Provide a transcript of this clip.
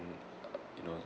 you know